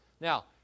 Now